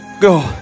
Go